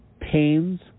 pains